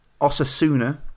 Osasuna